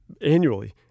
annually